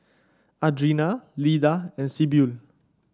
Adriana Leda and Sibyl